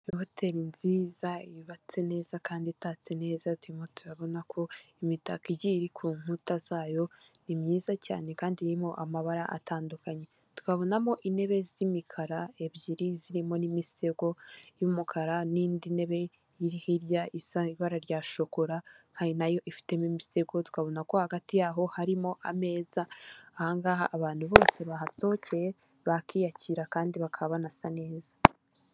Hoteri nziza yubatse neza kandi itatse neza, turimo turabona ko imitako igiye iri ku nkuta zayo ni myiza cyane kandi irimo amabara atandukanye, tukabonamo intebe z'imikara ebyiri zirimo n'imisego y'umukara n'indi ntebe iri hirya, isa ibara rya shokora hari nayo ifitemo imisego, twabona ko hagati yaho harimo ameza ahangaha abantu bose bahatokeye bakiyakira kandi bakaba banasa neza.